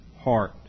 heart